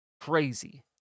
crazy